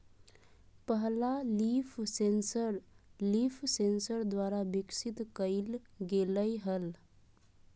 पहला leaf sensor Leafsense द्वारा विकसित कइल गेलय हल